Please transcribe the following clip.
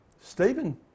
Stephen